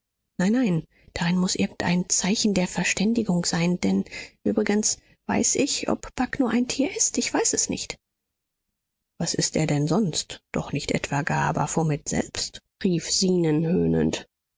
nein nein darin muß irgendein zeichen der verständigung sein denn übrigens weiß ich ob bagh nur ein tier ist ich weiß nicht was ist er denn sonst doch nicht etwa gar baphomet selbst rief zenon höhnend